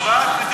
הצבעה, הצבעה.